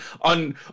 on